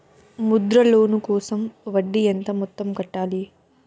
Mudra loan కోసం వడ్డీ ఎంత మొత్తం కట్టాలి